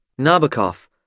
Nabokov